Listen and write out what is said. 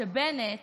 הרי בנט